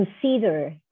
consider